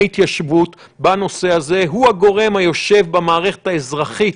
ההתיישבות בנושא הזה הוא הגורם היושב במערכת האזרחית